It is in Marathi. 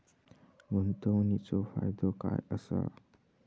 गुंतवणीचो फायदो काय असा?